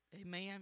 Amen